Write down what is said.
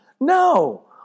No